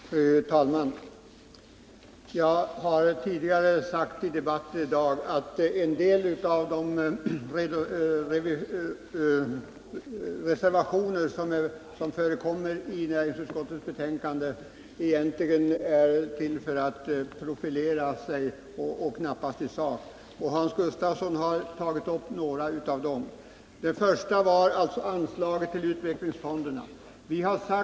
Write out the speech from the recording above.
Fru talman! Jag har tidigare i debatten i dag sagt att en del av de reservationer som är fogade till näringsutskottets betänkande egentligen är till för att profilera reservanterna och inte för opposition i sakfrågan. Hans Gustafsson har berört några av dem. Den första gällde anslag till utvecklingsfonderna.